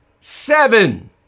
seven